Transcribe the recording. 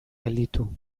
gelditu